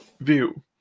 view